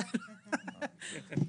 רגע,